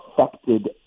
Affected